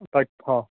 তথ্য